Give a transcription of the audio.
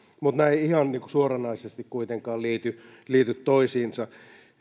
mutta nämä eivät ihan suoranaisesti kuitenkaan liity liity toisiinsa